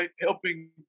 helping